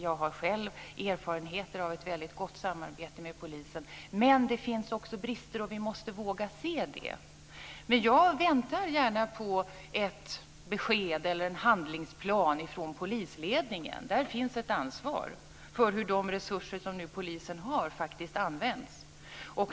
Jag har själv erfarenheter av ett väldigt gott samarbete med polisen. Men det finns också brister, och vi måste våga se det. Jag väntar gärna på ett besked eller en handlingsplan från polisledningen. Där finns ett ansvar för hur de resurser som polisen nu har faktiskt används.